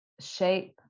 shape